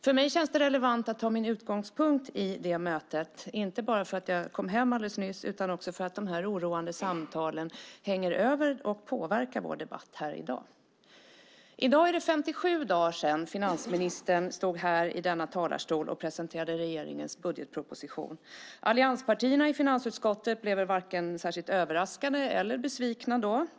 För mig känns det relevant att ta min utgångspunkt i det mötet, inte bara för att jag kom hem alldeles nyss utan för att de oroande samtalen hänger över och påverkar vår debatt här i dag. I dag är det 57 dagar sedan finansministern stod här och presenterade regeringens budgetproposition. Allianspartierna i finansutskottet blev varken särskilt överraskade eller besvikna.